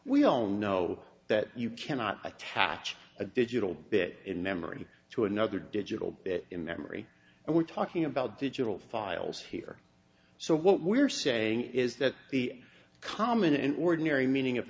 we all know that you cannot attach a digital bit in memory to another digital bit in memory and we're talking about digital files here so what we're saying is that the common in ordinary meaning of